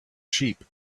sheep